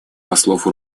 послов